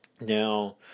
Now